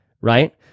right